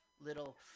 little